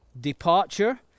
departure